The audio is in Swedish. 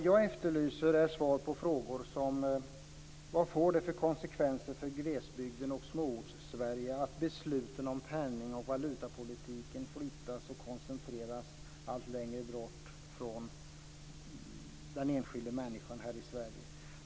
Jag efterlyser svar på frågor som: Vad får det för konsekvenser för glesbygden och Småortssverige att besluten om penning och valutapolitiken flyttas och koncentreras allt längre bort från den enskilde människan här i Sverige?